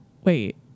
wait